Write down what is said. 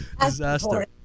disaster